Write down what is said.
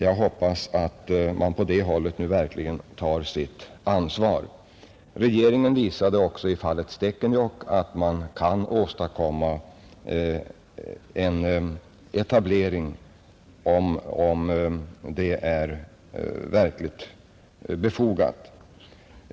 Jag hoppas att man på det hållet nu verkligen tar sitt ansvar. Regeringen visade också i fallet Stekenjokk att man kan åstadkomma en etablering, om det är verkligt befogat.